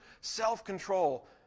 self-control